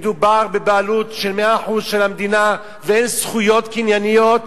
מדובר בבעלות 100% של המדינה ואין זכויות קנייניות,